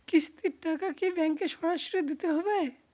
কিস্তির টাকা কি ব্যাঙ্কে সরাসরি দিতে হবে?